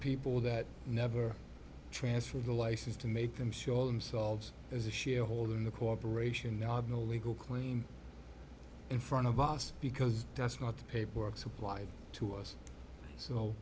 people that never transferred a license to make them show themselves as a shareholder in the corporation i've no legal claim in front of us because that's not the paperwork supplied to us so